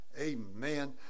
Amen